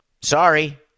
Sorry